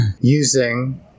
using